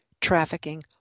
Trafficking